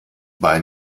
bei